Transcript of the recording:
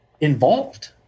involved